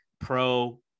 pro